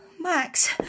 Max